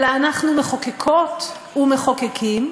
אלא אנחנו מחוקקות ומחוקקים,